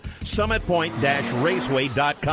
summitpoint-raceway.com